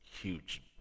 huge